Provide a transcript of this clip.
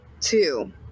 two